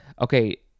okay